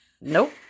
Nope